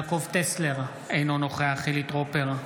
יעקב טסלר, אינו נוכח חילי טרופר,